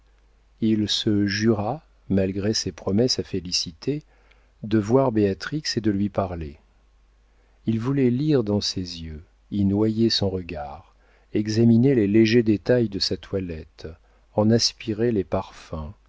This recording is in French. il se jura malgré ses promesses à félicité de voir béatrix et de lui parler il voulait lire dans ses yeux y noyer son regard examiner les légers détails de sa toilette en aspirer les parfums